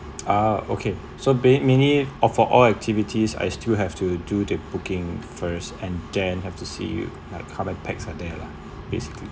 ah okay so ba~ many or for all activities I still have to do the booking first and then have to see how many pax are there lah basically